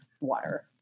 water